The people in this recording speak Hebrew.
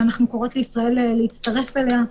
שאנחנו קוראות לישראל להצטרף אליה.